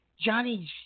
Johnny's